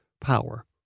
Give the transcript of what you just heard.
power